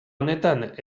honetan